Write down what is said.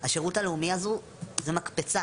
השירות הלאומי הזה, זו מקפצה.